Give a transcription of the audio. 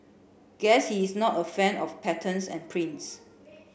guess he's not a fan of patterns and prints